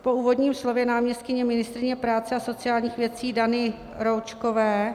Po úvodním slově náměstkyně ministryně práce a sociálních věcí Dany Roučkové...